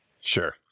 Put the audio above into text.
Sure